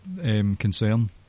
Concern